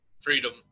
freedom